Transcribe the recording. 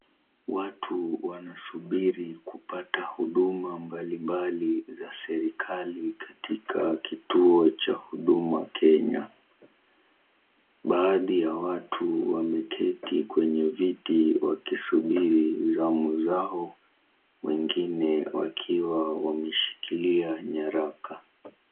Watu wanasubiri kupata huduma mbali mbali za serikali katika kituo cha Huduma Kenya. Baadhi ya watu wameketi kwenye viti wakisubiri zamu zao wengine wakiwa wameshikilia nyaraka.